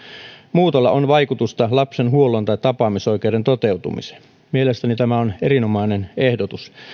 muutolla on vaikutusta lapsen huollon tai tapaamisoikeuden toteutumiseen mielestäni tämä on erinomainen ehdotus